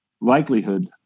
likelihood